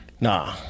Nah